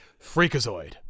Freakazoid